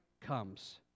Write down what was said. comes